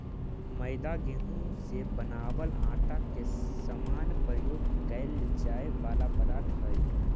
मैदा गेहूं से बनावल आटा के समान प्रयोग कैल जाए वाला पदार्थ हइ